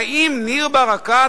האם ניר ברקת,